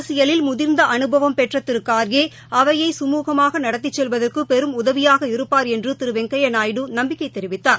அரசியலில் முதிர்ந்தஅனுபவம் பெற்றதிருகார்கே அவையை கமூகமாகநடத்திச் செல்வதற்கபெரும் உதவியாக இருப்பார் என்றுதிருவெங்கையாநாயுடு நம்பிக்கைதெரிவித்தார்